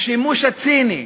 השימוש הציני,